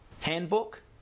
Handbook